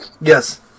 Yes